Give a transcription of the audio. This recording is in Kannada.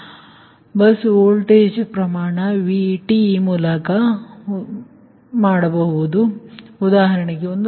ಆದರೆ ಬಸ್ ವೋಲ್ಟೇಜ್ ಪ್ರಮಾಣ Vt ಮೂಲಕ ನಾನು ಬಯಸುತ್ತೇನೆ ಉದಾಹರಣೆಗೆ 1